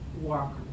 walk